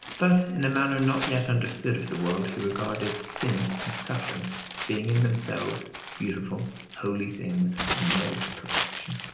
but in a manner not yet understood of the world he regarded sin and suffering as being in themselves beautiful holy things and modes of perfection.